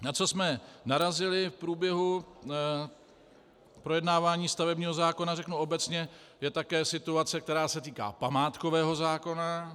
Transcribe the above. Na co jsme narazili v průběhu projednávání stavebního zákona, řeknu obecně, je také situace, která se týká památkového zákona.